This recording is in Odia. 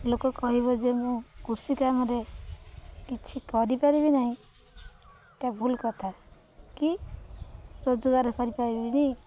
ଲୋକ କହିବ ଯେ ମୁଁ କୃଷି କାମରେ କିଛି କରିପାରିବି ନାହିଁ ଏଟା ଭୁଲ୍ କଥା କି ରୋଜଗାର କରିପାରିବିନି